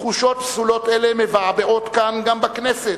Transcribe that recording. תחושות פסולות אלה מבעבעות כאן, גם בכנסת,